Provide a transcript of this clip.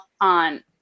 on